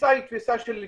התפיסה היא תפיסה של גבייה,